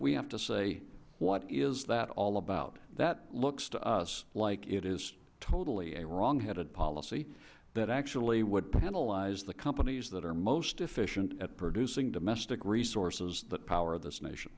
we have to say what is that all about that looks to us like it is totally a wrongheaded policy that actually would penalize the companies that are most efficient at producing domestic resources that power this nation